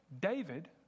David